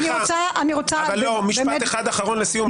משפט אחד אחרון לסיום.